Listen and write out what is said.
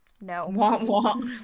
no